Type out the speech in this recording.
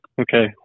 Okay